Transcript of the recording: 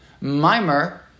Mimer